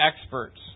experts